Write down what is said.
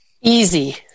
Easy